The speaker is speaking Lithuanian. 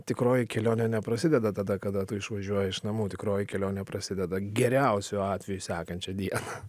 tikroji kelionė neprasideda tada kada tu išvažiuoji iš namų tikroji kelionė prasideda geriausiu atveju sekančią dieną